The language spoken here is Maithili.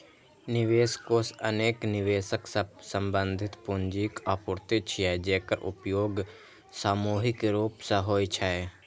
निवेश कोष अनेक निवेशक सं संबंधित पूंजीक आपूर्ति छियै, जेकर उपयोग सामूहिक रूप सं होइ छै